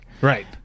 Right